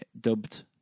dubbed